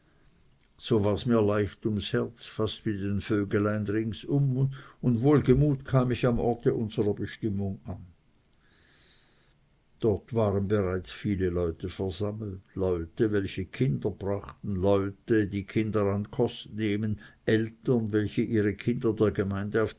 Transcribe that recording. so war's mir leicht ums herz fast wie den vögelein ringsum und wohlgemut kam ich am orte unserer bestimmung an dort waren bereits viele leute versammelt leute welche kinder brachten leute die kinder an kost nehmen eltern welche ihre kinder der gemeinde